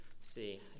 See